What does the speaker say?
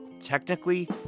Technically